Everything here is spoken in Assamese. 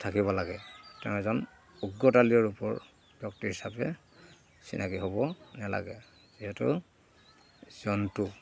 থাকিব লাগে তেওঁ এজন অজ্ঞতালীয় ৰূপৰ ডক্তৰ হিচাপে চিনাকি হ'ব নালাগে যিহেতু জন্তু